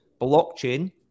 blockchain